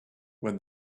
when